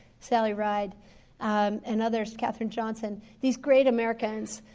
sally ride and others catherine johnson. these great americans.